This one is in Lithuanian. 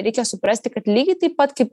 reikia suprasti kad lygiai taip pat kaip